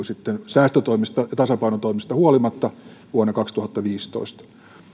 sitten säästötoimista ja tasapainotoimista huolimatta vuonna kaksituhattaviisitoista